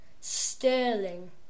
Sterling